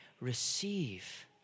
receive